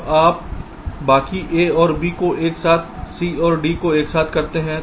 अब आप बाकी a और b को एक साथ c और d को एक साथ करते हैं